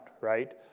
right